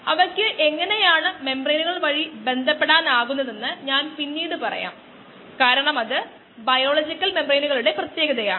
അല്ലാത്തപക്ഷം ഇത് യഥാർത്ഥത്തിൽ സംഭവിക്കുമ്പോൾ സംസ്കാരം നിശ്ചല ഘട്ടത്തിലെത്തുമായിരുന്നു